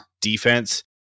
defense